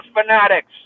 fanatics